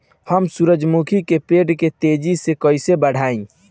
हम सुरुजमुखी के पेड़ के तेजी से कईसे बढ़ाई?